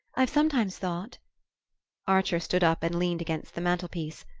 i've sometimes thought archer stood up and leaned against the mantelpiece,